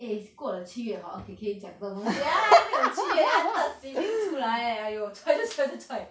eh 过了七月 hor orh okay okay 可以讲这种东西 ah 等七月 ah start screaming 出来 eh !aiyo! choi choi choi